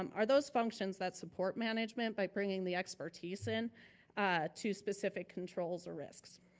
um are those functions that support management by bringing the expertise in to specific controls or risks.